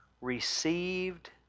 received